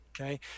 okay